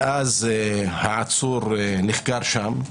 ואז העצור נחקר שם,